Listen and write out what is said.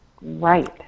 Right